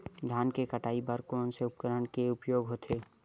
धान के कटाई बर कोन से उपकरण के उपयोग होथे?